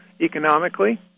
economically